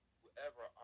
whoever